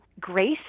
grace